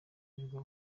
wirirwa